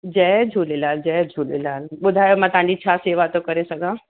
जय झूलेलाल जय झूलेलाल ॿुधायो मां तव्हांजी छा शेवा थो करे सघां